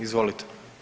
Izvolite.